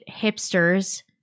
hipsters